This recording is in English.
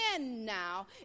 now